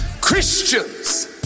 Christians